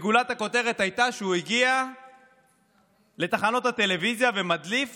גולת הכותרת הייתה כשהוא הגיע לתחנות הטלוויזיה ומדליף